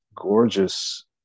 Gorgeous